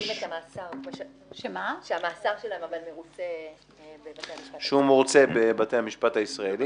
--- שהמאסר שלהם מרוצה בבתי הכלא הישראליים.